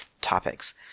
topics